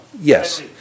Yes